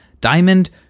Diamond